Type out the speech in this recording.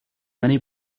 many